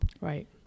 right